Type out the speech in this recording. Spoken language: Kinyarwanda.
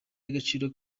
agaciro